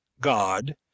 God